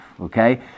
okay